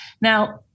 Now